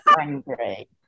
angry